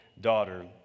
daughter